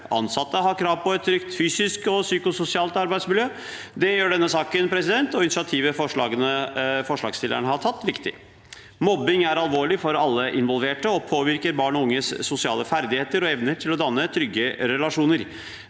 Ansatte har krav på et trygt fysisk og psykososialt arbeidsmiljø. Det gjør denne saken og initiativet forslagstillerne har tatt, viktig. Mobbing er alvorlig for alle involverte og påvirker barn og unges sosiale ferdigheter og evner til å danne trygge relasjoner.